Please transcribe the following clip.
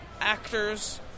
actors